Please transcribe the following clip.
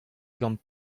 gant